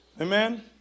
Amen